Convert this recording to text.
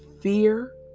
fear